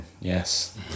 yes